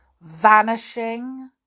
vanishing